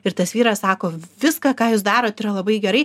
ir tas vyras sako viską ką jūs darot yra labai gerai